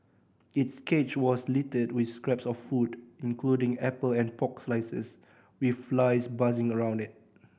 its cage was littered with scraps of food including apple and pork slices with flies buzzing around it